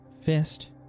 Fist